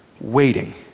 waiting